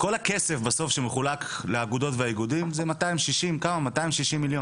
כל הכסף בסוף שמחולק לאגודות והאיגודים זה מאתיים שישים מיליון.